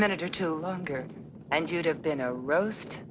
minute or two longer and you'd have been a roast